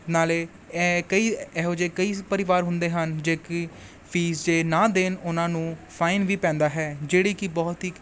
ਨਾਲੇ ਇਹ ਕਈ ਇਹੋ ਜਿਹੇ ਕਈ ਪਰਿਵਾਰ ਹੁੰਦੇ ਹਨ ਜੇ ਕਿ ਫੀਸ ਜੇ ਨਾ ਦੇਣ ਉਹਨਾਂ ਨੂੰ ਫਾਈਨ ਵੀ ਪੈਂਦਾ ਹੈ ਜਿਹੜੀ ਕਿ ਬਹੁਤ ਹੀ